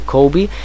Kobe